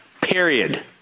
period